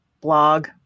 blog